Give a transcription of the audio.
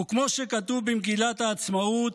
וכמו שכתוב במגילת העצמאות,